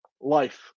life